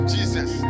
Jesus